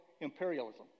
imperialism